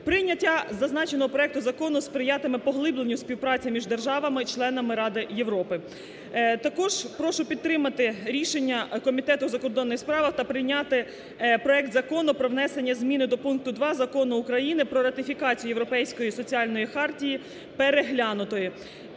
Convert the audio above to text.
Прийняття зазначеного проекту закону сприятиме поглибленню співпраці між державами-членами Ради Європи. Також прошу підтримати рішення Комітету у закордонних справах та прийняти проект Закону про внесення зміни до пункту 2 Закону України "Про ратифікацію Європейської соціальної хартії (переглянутої)"